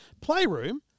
Playroom